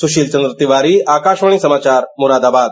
सुशील चंद्र तिवारी आकाशवाणी समाचार मुरादाबाद